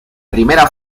primera